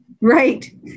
right